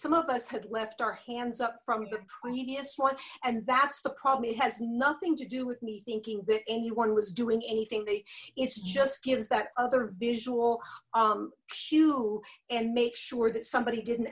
some of us had left our hands up from the previous one and that's the problem it has nothing to do with me thinking that anyone was doing anything they it just gives that other visual cue and make sure that somebody didn't